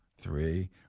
three